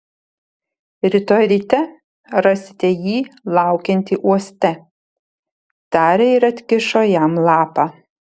rytoj ryte rasite jį laukiantį uoste tarė ir atkišo jam lapą